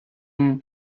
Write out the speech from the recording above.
يفعل